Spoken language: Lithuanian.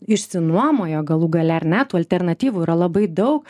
išsinuomojo galų gale ar ne tų alternatyvų yra labai daug